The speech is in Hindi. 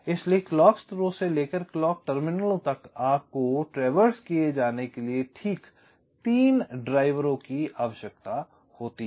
इसलिए क्लॉक स्रोत से लेकर क्लॉक टर्मिनलों तक आपको ट्रैवर्स किए जाने के लिए ठीक 3 ड्राइवरों की आवश्यकता होती है